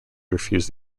refused